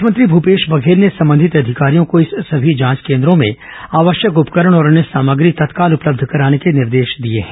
मुख्यमंत्री भूपेश बघेल ने संबंधित अधिकारियों को इन सभी जांच केन्द्रो में आवश्यक उपकरण और अन्य सामग्री तत्काल उपलब्ध कराने के निर्देश दिए हैं